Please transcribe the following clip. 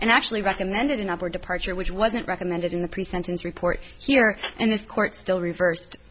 and actually recommended an upper departure which wasn't recommended in the pre sentence report here and this court still reversed